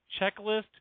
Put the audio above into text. checklist